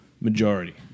majority